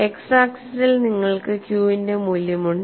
X ആക്സിസിൽ നിങ്ങൾക്ക് Q ന്റെ മൂല്യം ഉണ്ട്